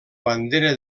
bandera